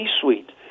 suite